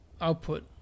output